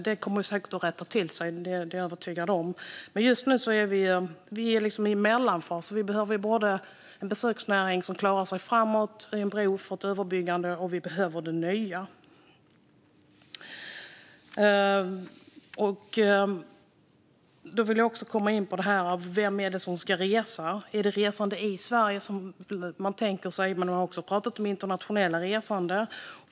Detta kommer säkert att rätta till sig - det är jag övertygad om - men just nu är vi liksom i en mellanfas. Vi behöver både en besöksnäring som klarar sig framåt, via en bro för överbryggande, och vi behöver det nya. Jag vill också komma in på detta med vem det är som ska resa. Är det resande i Sverige man tänker sig? Man har också pratat om internationella resande.